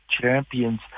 champions